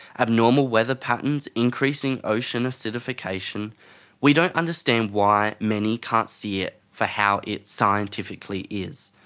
abnormal weather patterns, increasing ocean acidification we don't understand why many can't see it for how it scientifically is.